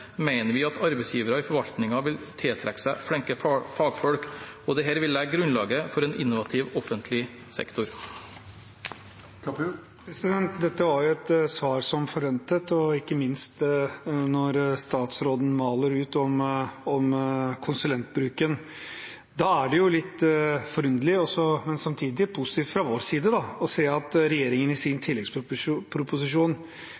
vi at arbeidsgivere i forvaltningen vil tiltrekke seg flinke fagfolk. Det er her vi legger grunnlaget for en innovativ offentlig sektor. Dette var jo et svar som forventet, ikke minst når statsråden maler ut om konsulentbruken. Da er det litt forunderlig – men samtidig positivt fra vår side – å se at regjeringen i sin